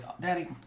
Daddy